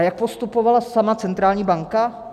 Jak postupovala sama centrální banka?